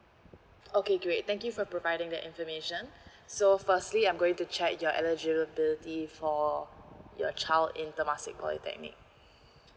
okay great thank you for providing that information so firstly I'm going to check your eligibility for your child in temasek polytechnic